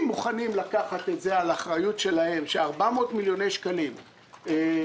אם מוכנים לקחת את זה על אחריות שלהם ש-400 מיליוני שקלים התאדו,